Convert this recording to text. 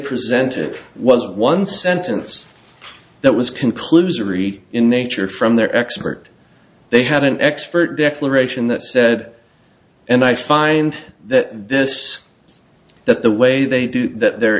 presented was one sentence that was conclusory in nature from their expert they had an expert declaration that said and i find that this that the way they do that they're